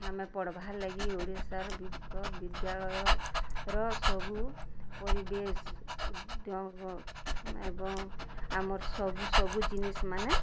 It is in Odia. ଆମେ ପଢ଼୍ବା ଲାଗି ଓଡ଼ିଶାର ବିଦ୍ୟାଳୟର ସବୁ ପରିବେଶ୍ ଏବଂ ଆମର୍ ସବୁ ସବୁ ଜିନିଷ୍ମାନେ